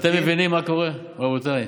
אתם מבינים מה קורה, רבותיי?